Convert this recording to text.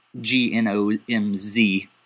G-N-O-M-Z